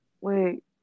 Wait